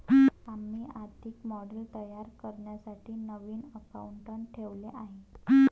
आम्ही आर्थिक मॉडेल तयार करण्यासाठी नवीन अकाउंटंट ठेवले आहे